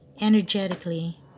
energetically